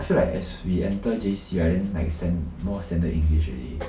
I feel like as we enter J_C right then like stand~ like more standard english already